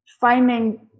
finding